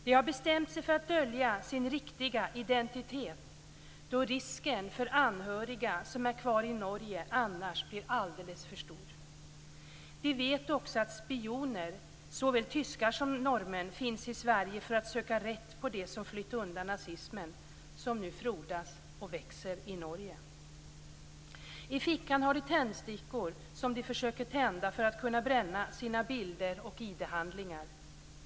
De har bestämt sig för att dölja sin riktiga identitet, då risken för anhöriga som är kvar i Norge annars blir alldeles för stor. De vet också att spioner, såväl tyskar som norrmän, finns i Sverige för att söka rätt på dem som flytt undan den nazism som nu frodas och växer i Norge. I fickan har de tändstickor som de försöker tända för att kunna bränna sina bilder och id-handlingar.